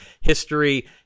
history